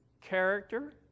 character